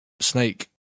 Snake